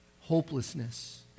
hopelessness